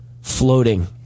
floating